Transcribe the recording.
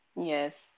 Yes